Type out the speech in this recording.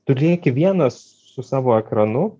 tu lieki vienas su savo ekranu